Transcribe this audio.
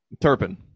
Turpin